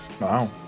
Wow